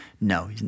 No